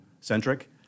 centric